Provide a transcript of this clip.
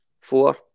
four